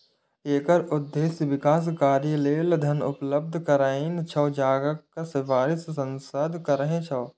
एकर उद्देश्य विकास कार्य लेल धन उपलब्ध करेनाय छै, जकर सिफारिश सांसद करै छै